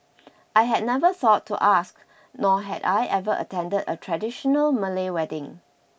I had never thought to ask nor had I ever attended a traditional Malay wedding